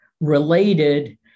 related